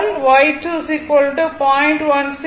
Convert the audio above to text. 08 g1 0